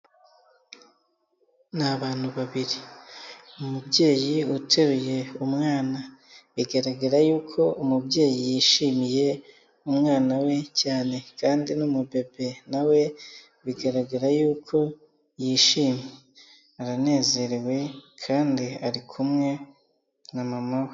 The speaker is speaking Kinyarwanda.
Ni abantu babiri, umubyeyi uteruye umwana bigaragara yuko umubyeyi yishimiye umwana we cyane kandi n'umubebe na we bigaragara yuko yishimye, aranezerewe kandi ari kumwe na mama we.